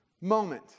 moment